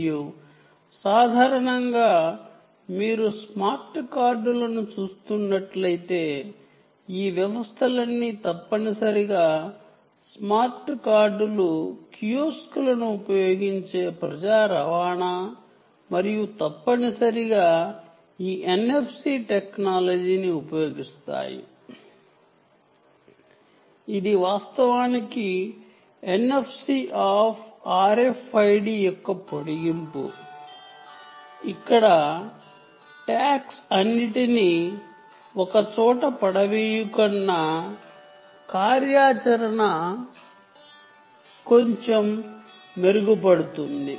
మరియు సాధారణంగా మీరు స్మార్ట్ కార్డులను చూస్తున్నట్లయితే ఈ వ్యవస్థలన్నీ తప్పనిసరిగా స్మార్ట్ కార్డులు కియోస్క్లను ఉపయోగించే ప్రజా రవాణా మరియు తప్పనిసరిగా ఈ ఎన్ఎఫ్సి టెక్నాలజీని ఉపయోగిస్తాయి ఇది వాస్తవానికి ఎన్ఎఫ్సి ఆఫ్ RFID యొక్క పొడిగింపు ఇది డంప్ ట్యాగ్ ల తో పోల్చుకుంటే కార్యాచరణ కొంచెం మెరుగ్గా ఉంటుంది